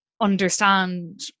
understand